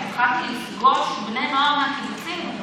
התחלתי לפגוש בני נוער מהקיבוצים,